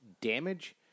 damage